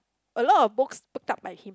a lot of books took up by him